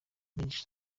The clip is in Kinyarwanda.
magic